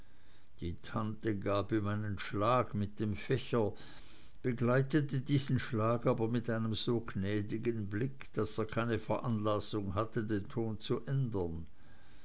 die tante gab ihm einen schlag mit dem fächer begleitete diesen schlag aber mit einem so gnädigen blick daß er keine veranlassung hatte den ton zu ändern